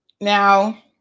Now